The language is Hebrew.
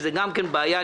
שזה גם כן בעיה.